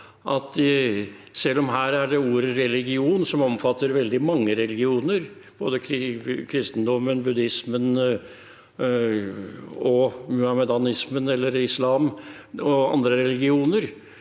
selv om det her gjelder ordet «religion», som omfatter veldig mange religioner – både kristendommen, buddhismen, muhammedanismen eller islam og andre religioner